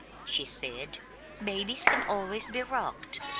she said babies can always be rocked!